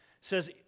says